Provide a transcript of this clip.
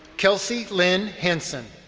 kelsey lynn henson.